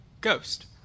Ghost